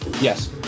Yes